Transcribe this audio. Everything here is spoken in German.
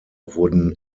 wurden